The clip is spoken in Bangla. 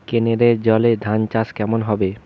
কেনেলের জলে ধানচাষ কেমন হবে?